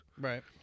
Right